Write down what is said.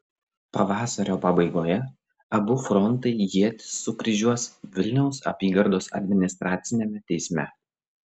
pavasario pabaigoje abu frontai ietis sukryžiuos vilniaus apygardos administraciniame teisme